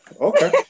okay